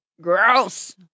Gross